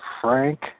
Frank